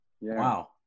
wow